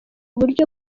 buryo